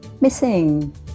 missing